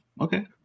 okay